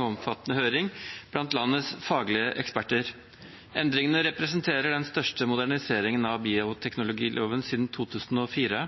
omfattende høring blant landets faglige eksperter. Endringene representerer den største moderniseringen av bioteknologiloven siden 2004.